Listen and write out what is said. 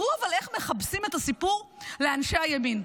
אבל תראו איך מכבסים את הסיפור לאנשי הימין.